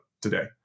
today